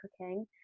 cooking